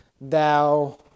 thou